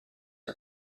are